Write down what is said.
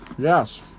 Yes